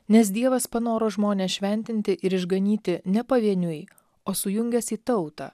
nes dievas panoro žmones šventinti ir išganyti ne pavieniui o sujungęs į tautą